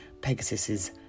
Pegasus's